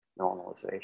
normalization